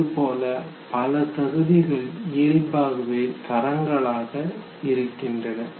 இதுபோல பல தகுதிகள் இயல்பாகவே தரங்களாக இருக்கின்றன